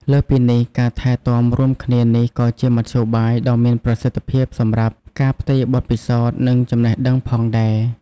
លើសពីនេះ ការថែទាំរួមគ្នានេះក៏ជាមធ្យោបាយដ៏មានប្រសិទ្ធភាពសម្រាប់ ការផ្ទេរបទពិសោធន៍ និងចំណេះដឹង ផងដែរ។